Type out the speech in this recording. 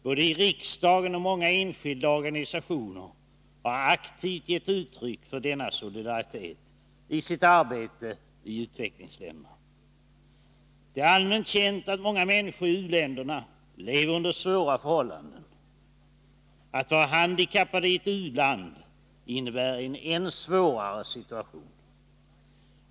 Både riksdagen och många enskilda organisationer har aktivt gett uttryck för denna solidaritet när det gäller arbetet i utvecklingsländerna. Det är allmänt känt att många människor i u-länderna lever under svåra förhållanden. Att vara handikappad i ett u-land innebär en än svårare situation.